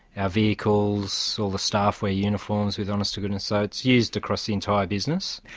ah vehicles, all the staff wear uniforms with honest to goodness, so it's used across the entire business.